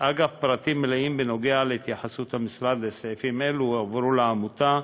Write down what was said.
פרטים מלאים על התייחסות המשרד לסעיפים אלו הועברו לעמותה,